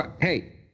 Hey